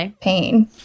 pain